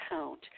account